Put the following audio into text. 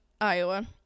iowa